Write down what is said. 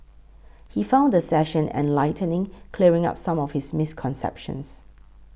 he found the session enlightening clearing up some of his misconceptions